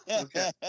Okay